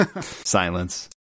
silence